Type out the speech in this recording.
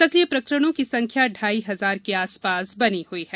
सकिय प्रकरणों की संख्या ढ़ाई हजार के आसपास बनी हुई है